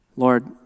Lord